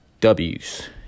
W's